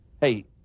Hey